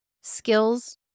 skills